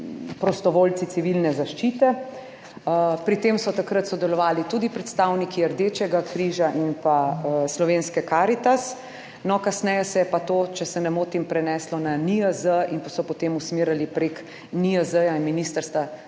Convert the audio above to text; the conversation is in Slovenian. prostovoljci civilne zaščite. Pri tem so takrat sodelovali tudi predstavniki Rdečega križa in pa Slovenske Karitas, No, kasneje se je pa to, če se ne motim, preneslo na NIJZ in so potem usmerjali preko NIJZ-ja in Ministrstva